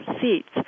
seats